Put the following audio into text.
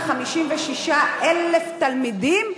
ביותר מ-56,000 תלמידים,